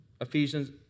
Ephesians